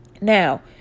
Now